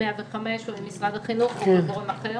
105 או עם משרד החינוך או עם גורם אחר.